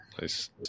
Nice